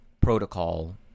protocol